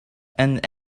and